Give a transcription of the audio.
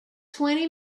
twenty